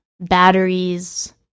batteries